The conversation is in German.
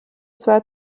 zwar